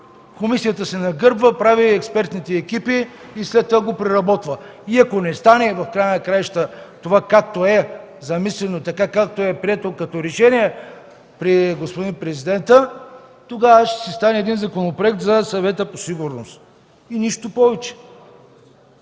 комисията се нагърбва, прави експертните екипи и след това го преработва, и ако не стане в края на краищата това, както е замислено, както е прието като решение при господин президента, тогава ще си стане един законопроект за Съвета по сигурност и нищо повече.